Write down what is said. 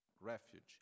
refuge